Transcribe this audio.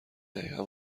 دقیقا